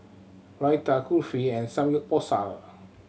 Raita Kulfi and Samgyeopsal